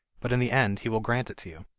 but in the end he will grant it to you